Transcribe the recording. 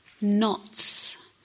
knots